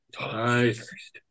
Nice